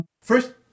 first